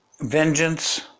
vengeance